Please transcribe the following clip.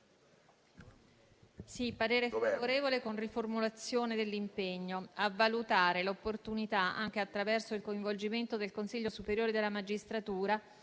con la seguente riformulazione dell'impegno: «A valutare l'opportunità, anche attraverso il coinvolgimento del Consiglio superiore della magistratura,